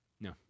no